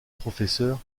professeur